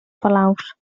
palaus